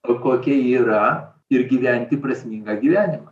o kokia yra ir gyventi prasmingą gyvenimą